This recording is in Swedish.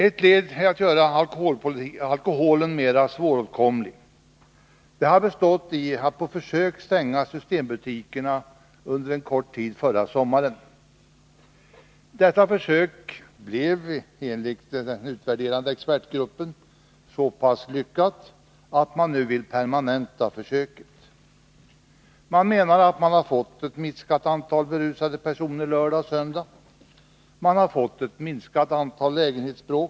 Ett led i att göra alkoholen mera svåråtkomlig har bestått i ett försök med att hålla systembutikerna stängda på lördagar under en kort tid förra sommaren. Detta försök blev enligt den utvärderande expertgruppen så pass lyckat att man nu vill permanenta försöket. Man menar att man fått ett minskat antal berusade personer lördag och söndag. Man har fått ett minskat antal lägenhetsbråk.